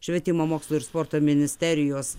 švietimo mokslo ir sporto ministerijos